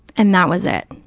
and that was it.